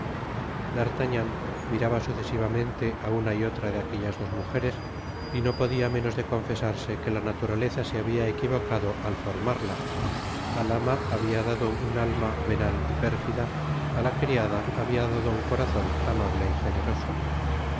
d'artagnan miraba sucesivamente á una y otra de aquellas dos mujeres y no podia menos de confesarse que la naturaleza se habia equivocado al formarlas al ama habia dado un alma venal y pérfida y á la criada habia dado un corazon amable y generoso